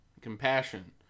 Compassion